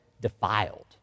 defiled